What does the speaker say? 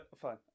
fine